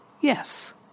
yes